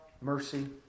mercy